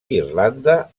irlanda